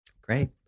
Great